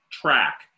track